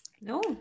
No